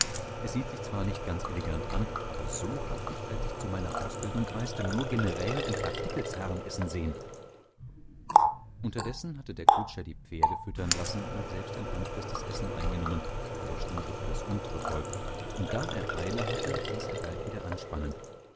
es sieht sich zwar nicht ganz elegant an aber so hab ich als ich zu meiner ausbildung reiste nur generäle und kapitelsherren essen sehen unterdessen hatte der kutscher die pferde füttern lassen und selbst ein handfestes essen eingenommen in der stube für das untere volk und da er eile hatte ließ er bald wieder anspannen